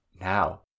Now